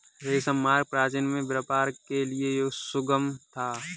रेशम मार्ग प्राचीनकाल में व्यापार के लिए सुगम था